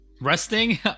Resting